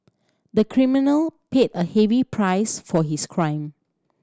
the criminal paid a heavy price for his crime